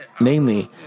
Namely